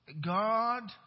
God